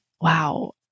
wow